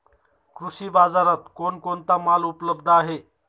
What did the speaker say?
कृषी बाजारात कोण कोणता माल उपलब्ध आहे?